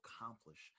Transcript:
accomplish